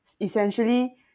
Essentially